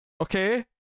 Okay